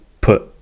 put